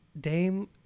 Dame